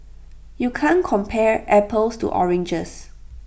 you can't compare apples to oranges